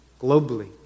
globally